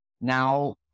now